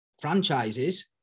franchises